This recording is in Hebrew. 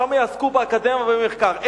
שם יעסקו באקדמיה ובמחקר.